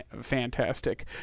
fantastic